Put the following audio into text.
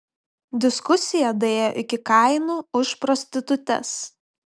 diskusija daėjo iki kainų už prostitutes